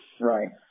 Right